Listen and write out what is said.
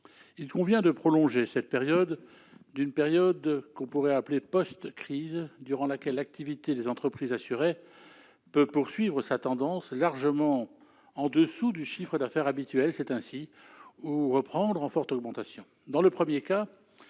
Il convient de prolonger cette période d'une période « post-crise », durant laquelle l'activité des entreprises assurées peut poursuivre sa tendance largement au-dessous du chiffre d'affaires habituel ou reprendre en forte augmentation.